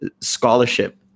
scholarship